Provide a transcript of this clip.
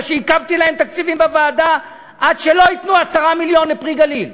כי עיכבתי להם תקציבים בוועדה עד שייתנו 10 מיליון ל"פרי הגליל",